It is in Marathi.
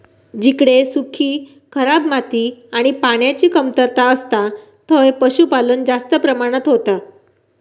जिकडे सुखी, खराब माती आणि पान्याची कमतरता असता थंय पशुपालन जास्त प्रमाणात होता